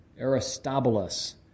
Aristobulus